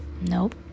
nope